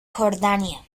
jordania